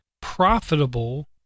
profitable